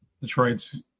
Detroit's